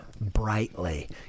brightly